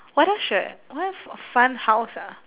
what else should I what else fun house ah